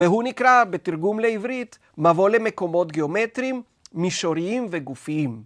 והוא נקרא בתרגום לעברית, מבוא למקומות גיאומטרים, מישוריים וגופיים.